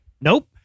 Nope